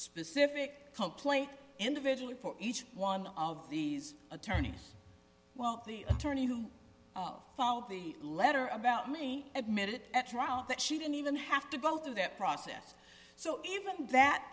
specific complaint individually for each one of these attorneys well the attorney who followed the letter about me admitted at trial that she didn't even have to go through that process so even that